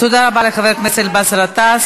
תודה רבה, חבר הכנסת באסל גטאס.